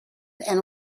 and